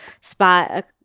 spot